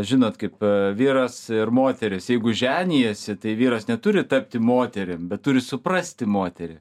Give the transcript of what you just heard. žinot kaip vyras ir moteris jeigu ženijasi tai vyras neturi tapti moterim bet turi suprasti moterį